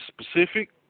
specific